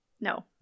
No